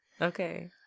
Okay